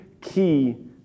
key